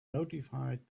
notified